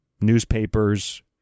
newspapers